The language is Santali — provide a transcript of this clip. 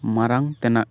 ᱢᱟᱲᱟᱝ ᱛᱮᱱᱟᱜ